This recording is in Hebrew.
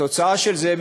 התוצאה של זה,